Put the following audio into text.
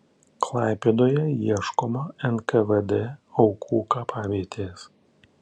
klaipėdoje ieškoma nkvd aukų kapavietės